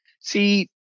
See